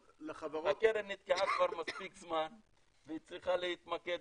הקרן נתקעה כבר מספיק זמן והיא צריכה להתמקד,